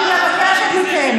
לא צריך יותר מזה.